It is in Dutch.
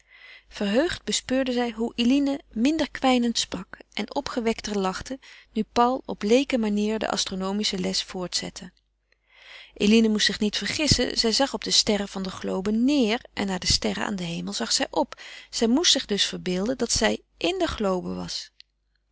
verheugd bespeurde zij hoe eline minder kwijnend sprak en opgewekter lachte nu paul op leekenmanier de astronomische les voortzette eline moest zich niet vergissen zij zag op de sterren van de globe neêr en naar de sterren aan den hemel zag zij op ze moest zich dus verbeelden dat zij in de globe was